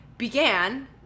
began